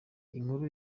inkuru